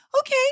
okay